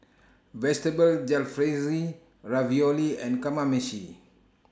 Vegetable Jalfrezi Ravioli and Kamameshi